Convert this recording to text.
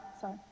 sorry